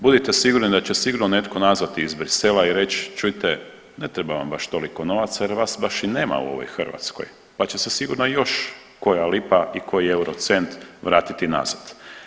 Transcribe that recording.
Budite sigurni da će sigurno netko nazvati iz Bruxellesa i reć čujte ne treba vam baš toliko novaca jer vas baš i nema u ovoj Hrvatskoj, pa će se sigurno još koja lipa i koji eurocent vratiti nazad.